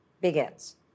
begins